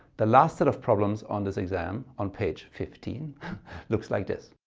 the last set of problems on this exam on page fifteen looks like this.